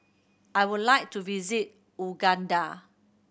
I would like to visit Uganda